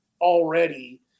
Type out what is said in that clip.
already